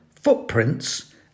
footprints